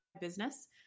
business